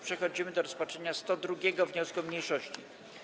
Przechodzimy do rozpatrzenia 102. wniosku mniejszości.